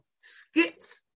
skits